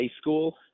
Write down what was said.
school